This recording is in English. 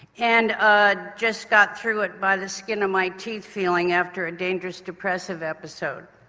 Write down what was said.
and a just-got-through-it-by-the-skin-of-my-teeth feeling after a dangerous depressive episode.